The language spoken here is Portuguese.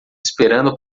esperando